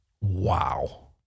Wow